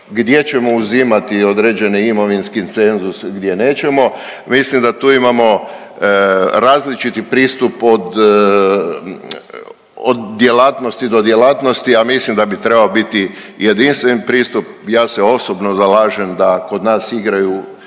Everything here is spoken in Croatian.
gdje ćemo uzimati određeni imovinski cenzus gdje nećemo. Mislim da tu imamo različiti pristup od djelatnosti do djelatnosti, a mislim da bi trebao biti jedinstven pristup. Ja se osobno zalažem da kod nas igraju